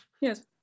Yes